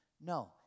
No